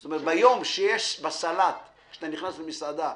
זאת אומרת, ביום שיש בסלט, כשאתה נכנס למסעדה,